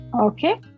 Okay